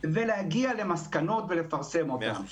ולהגיע למסקנות ולפרסם אותן.